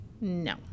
no